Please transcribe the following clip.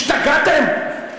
השתגעתם?